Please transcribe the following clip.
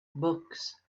books